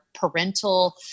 parental